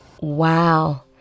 wow